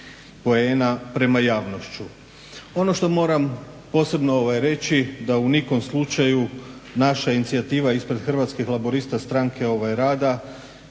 poena prema javnošću. Ono što moram posebno reći da u nikom slučaju naša inicijativa ispred Hrvatskih laburista Stranke rada